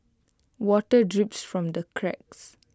water drips from the cracks